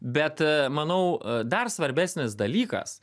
bet manau dar svarbesnis dalykas